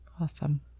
awesome